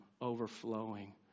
Overflowing